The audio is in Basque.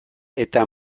eta